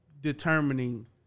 determining